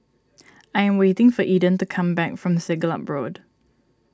I am waiting for Eden to come back from Siglap Road